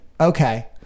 Okay